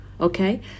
Okay